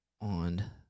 On